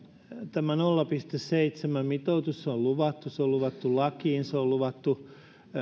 tämä nolla pilkku seitsemän mitoitus on luvattu se on luvattu lakiin se on luvattu